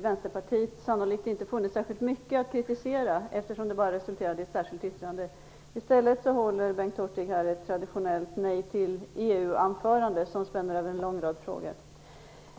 Vänsterpartiet sannolikt inte funnit särskilt mycket att kritisera, eftersom det bara resulterat i ett särskilt yttrande. I stället håller Bengt Hurtig här ett traditionellt nej-till-EU anförande som spänner över en lång rad frågor.